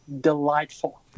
delightful